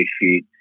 sheet